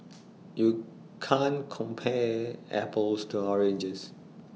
you can't compare apples to oranges